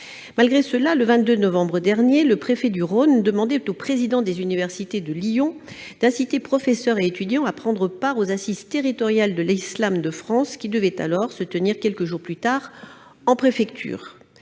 Malgré cela, le 22 novembre dernier, le préfet du Rhône demandait aux présidents des universités de Lyon d'inciter professeurs et étudiants à prendre part aux assises territoriales de l'islam de France, qui devaient alors se tenir quelques jours plus tard en préfecture.